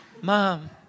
Mom